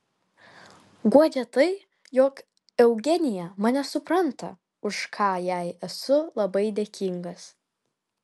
guodžia tai jog eugenija mane supranta už ką jai esu labai dėkingas